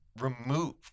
removed